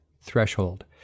threshold